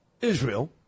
Israel